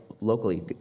locally